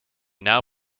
now